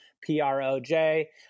P-R-O-J